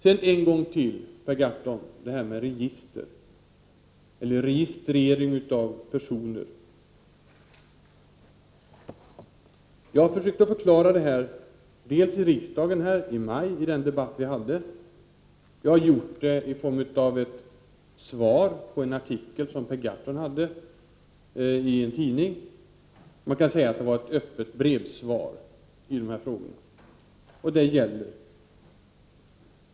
Än en gång vill jag säga till Per Gahrton angående registrering av personer: Jag har försökt att förklara detta i en debatt i riksdagen i maj, och jag har gjort det i form av ett öppet brevsvar på en artikel som Per Gahrton skrev i en tidning. Det svaret gäller fortfarande.